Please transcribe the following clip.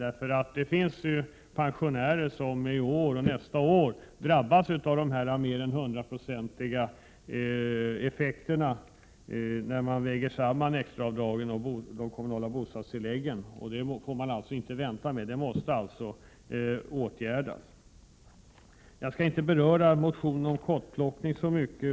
Det finns ju pensionärer som i år och nästa år drabbas av mer än hundraprocentiga effekter när man väger samman extraavdraget och de kommunala bostadstilläggen. Detta måste åtgärdas. Jag skall inte beröra motionen om kottplockning så mycket.